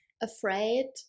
afraid